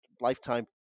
lifetime